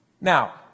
Now